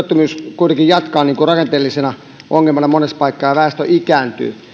kuitenkin jatkaa rakenteellisena ongelmana monessa paikkaa ja väestö ikääntyy ja